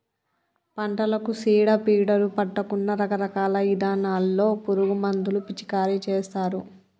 పంటలకు సీడ పీడలు పట్టకుండా రకరకాల ఇథానాల్లో పురుగు మందులు పిచికారీ చేస్తారు